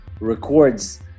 records